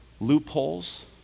loopholes